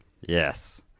Yes